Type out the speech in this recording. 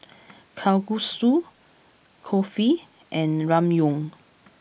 Kalguksu Kulfi and Ramyeon